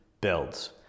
Builds